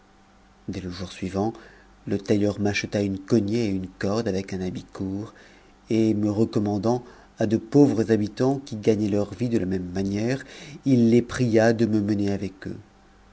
dès le jour suivant le tailleur m'acheta une cognée et une corde avec un habit court et me recommandant à de pauvres habitants qui gagnaient leur vie de la même manière il les pria de me mener avec eux